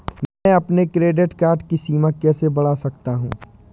मैं अपने credit card की सीमा कैसे बढ़ा सकता हूँ?